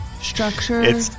Structure